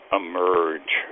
emerge